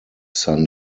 son